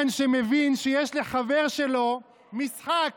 שמבין שיש לחבר שלו משחק